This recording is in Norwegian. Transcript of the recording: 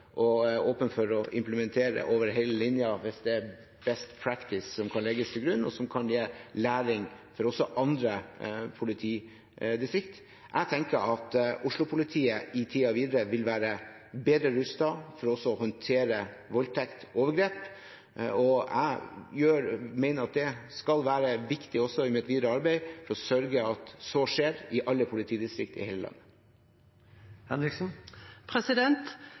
åpen for å implementere over hele linjen hvis det er «best practice» som kan legges til grunn, og som kan gi læring også for andre politidistrikt. Jeg tenker at Oslo-politiet i tiden videre vil være bedre rustet for også å håndtere voldtekt og overgrep, og jeg mener at det skal være viktig også i mitt videre arbeid å sørge for at så skjer i alle politidistrikt i hele landet.